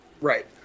Right